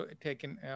taken